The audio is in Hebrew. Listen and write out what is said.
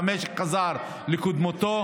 והמשק חזר לקדמותו.